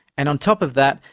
and, on top of that,